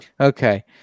Okay